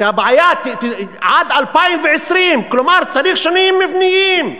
שהבעיה עד 2020. כלומר, צריך שינויים מבניים.